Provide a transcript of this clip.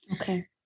Okay